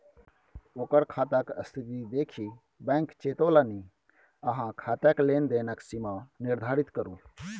ओकर खाताक स्थिती देखि बैंक चेतोलनि अहाँ खाताक लेन देनक सीमा निर्धारित करू